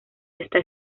esta